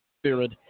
spirit